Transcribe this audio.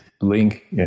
link